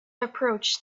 approached